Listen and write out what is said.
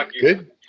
Good